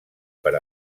per